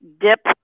dip